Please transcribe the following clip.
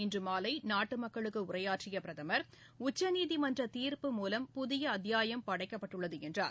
இன்றுமாலைநாட்டுமக்களுக்குஉரையாற்றியபிரதமா் உச்சநீதிமன்றதீர்ப்பு மூலம் புதியஅத்தியாயம் படைக்கப்பட்டுள்ள துஎன்றார்